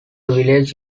village